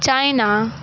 China